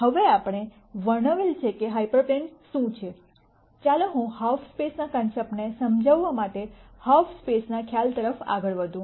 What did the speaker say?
હવે આપણે વર્ણવેલ છે કે હાયપર પ્લેન શું છે ચાલો હું હાલ્ફ સ્પેસ ના કોન્સેપ્ટ ને સમજાવવા માટે હાલ્ફ સ્પેસ ના ખ્યાલ તરફ આગળ વધું